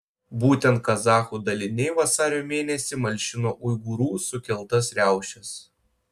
būtent kazachų daliniai vasario mėnesį malšino uigūrų sukeltas riaušes